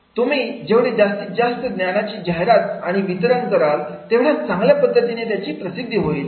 तुम्ही जेवढे जास्तीत जास्त ज्ञानाची जाहिरात आणि वितरण कराल तेवढ्या चांगल्या पद्धतीने त्याची प्रसिद्धी होईल